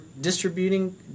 distributing